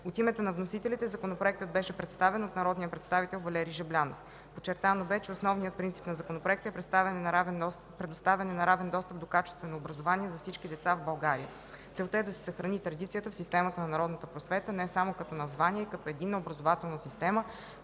От името на вносителите законопроектът беше представен от народния представител Валери Жаблянов. Подчертано бе, че основният принцип на Законопроекта е предоставяне на равен достъп до качествено образование за всички деца в България. Целта е да се съхрани традицията в системата на народната просвета не само като название, а и като единна образователна система